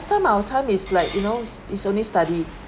last time our time is like you know it's only study